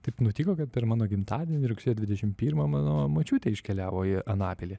taip nutiko kad per mano gimtadienį rugsėjo dvidešim pirmą mano močiutė iškeliavo į anapilį